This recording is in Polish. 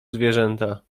zwierzęta